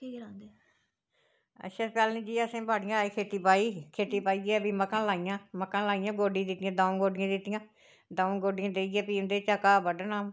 केह् केह् रांह्दे अच्छा पैह्ले जी असें बाड़ियां खेती बाही खेती बाहियै मक्कां लाइयां मक्कां लाइयां गोड्डी दित्ती द'ऊं गोड्डी दित्तियां द'ऊं गोड्डियां देइयै फ्ही ओह्दे चा घाऽ बड्ढना